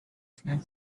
flap